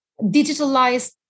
digitalized